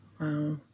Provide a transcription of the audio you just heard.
Wow